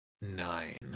nine